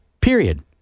period